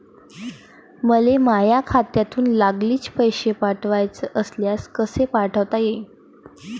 मले माह्या खात्यातून लागलीच पैसे पाठवाचे असल्यास कसे पाठोता यीन?